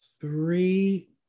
three